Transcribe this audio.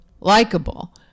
likable